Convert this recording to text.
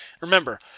Remember